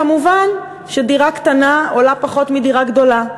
מובן שדירה קטנה עולה פחות מדירה גדולה.